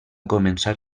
començar